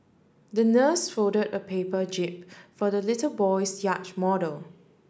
the nurse folded a paper jib for the little boy's yacht model